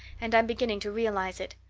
and i'm beginning to realize it.